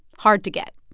hard to get?